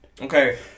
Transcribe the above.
Okay